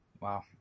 Wow